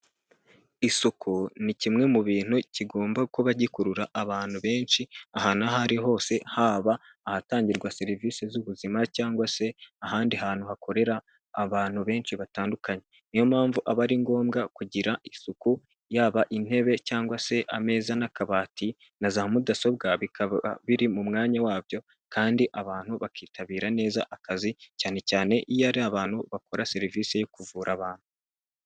Isuku ni kimwe mu bintu kigomba kuba gikurura abantu benshi ahantu aho ariho hose haba ahatangirwa serivisi z'ubuzima cyangwa se ahandi hantu hakorera abantu benshi batandukanye, niyo mpamvu aba ari ngombwa kugira isuku, yaba intebe cyangwa se ameza n'akabati na za mudasobwa bikaba biri mu mwanya wabyo kandi abantu bakitabira neza akazi cyane cyane iyo ari abantu bakora serivisi yo kuvura abantu.